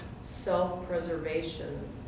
self-preservation